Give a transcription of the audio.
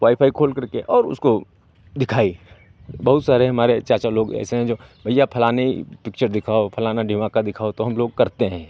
Y phi खोलकर के और उसको दिखाई बहुत सारे हमारे चाचा लोग ऐसे हैं जो भैया फलाने ई पिक्चर दिखाओ फलाना ढिमाका दिखाओ तो हम लोग करते हैं